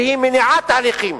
שהיא מניעה תהליכים,